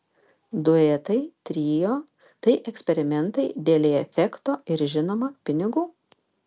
duetai trio tai eksperimentai dėlei efekto ir žinoma pinigų